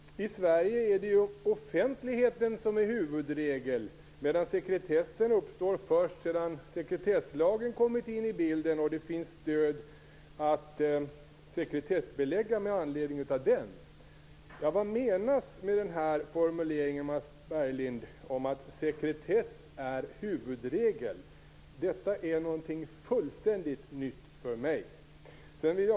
I Sverige är det ju offentligheten som är huvudregel medan sekretessen uppstår först sedan sekretesslagen kommit in i bilden och det finns stöd att sekretessbelägga med anledning av den. Vad menas med formuleringen om att sekretess är huvudregel, Mats Berglind? Detta är någonting fullständigt nytt för mig.